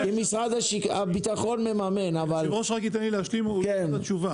משרד הביטחון מממן אבל -- אם היושב-ראש רק ייתן לי להשלים את התשובה.